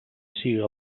siga